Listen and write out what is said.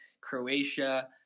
Croatia